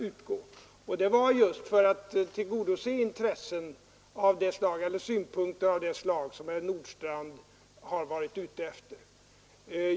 Denna ordning har införts just för att tillgodose intressen eller synpunkter av det slag som herr Nordstrandh framfört.